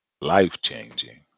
life-changing